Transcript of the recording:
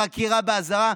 חקירה באזהרה,